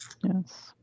Yes